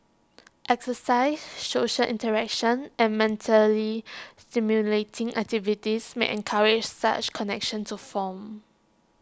exercise social interaction and mentally stimulating activities may encourage such connections to form